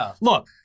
look